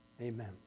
amen